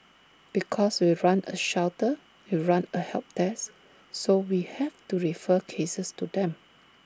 because we run A shelter we run A help desk so we have to refer cases to them